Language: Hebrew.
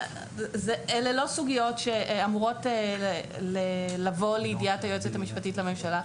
אלה לא סוגיות שאמורות לבוא לידיעת היועצת המשפטית לממשלה.